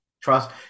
Trust